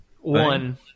One